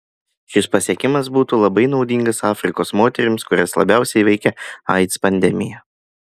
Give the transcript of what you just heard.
šis pasiekimas būtų labai naudingas afrikos moterims kurias labiausiai veikia aids pandemija